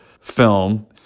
film